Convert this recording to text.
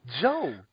Joe